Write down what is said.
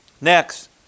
Next